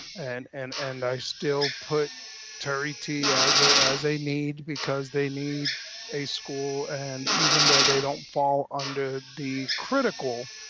and and and i still put turie t. as as a need because they need a school. and even though they don't fall under the critical,